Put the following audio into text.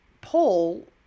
Paul